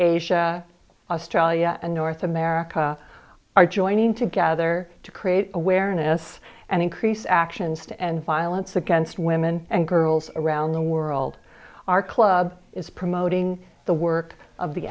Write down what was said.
asia australia and north america are joining together to create awareness and increase actions to end violence against women and girls around the world our club is promoting the work of the